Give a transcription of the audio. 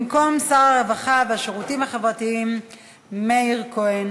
במקום שר הרווחה והשירותים החברתיים מאיר כהן.